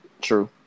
True